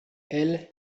elle